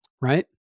Right